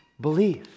Belief